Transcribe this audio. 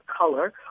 color